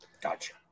Gotcha